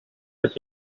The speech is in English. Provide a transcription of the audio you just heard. but